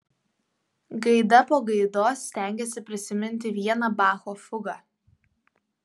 gaida po gaidos stengėsi prisiminti vieną bacho fugą